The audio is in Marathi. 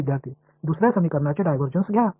विद्यार्थीः दुसर्या समीकरणाचे डायव्हर्जन्स घ्या